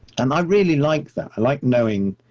and i really liked that, i liked knowing.